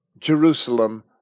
Jerusalem